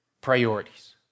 priorities